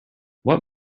what